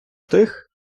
тих